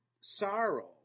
sorrow